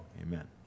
amen